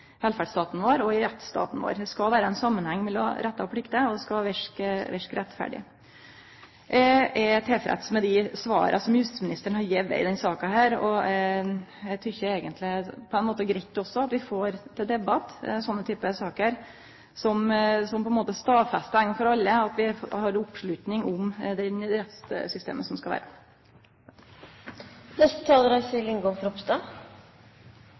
velferdsstaten vår og i rettsstaten vår. Det skal vere ein samanheng mellom rettar og plikter, og det skal verke rettferdig. Eg er tilfreds med dei svara som justisministeren har gitt i denne saka. Eg tykkjer eigentleg at det er greitt at vi får til debatt slike saker, som på ein måte stadfestar ein gong for alle at vi har oppslutning om det rettssystemet som skal